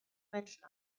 menschen